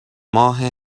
ماه